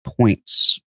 points